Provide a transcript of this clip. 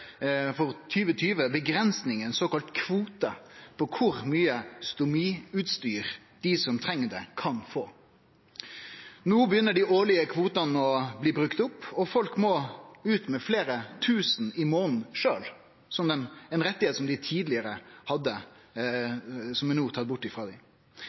for 2020 sett ei grense, ei såkalla kvote, på kor mykje stomiutstyr dei som treng det, kan få. No begynner dei årlege kvotene å bli brukte opp, og folk må sjølve ut med fleire tusen kroner i månaden – ein rett dei tidlegare hadde, som no er tatt bort frå dei.